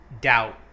doubt